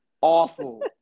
Awful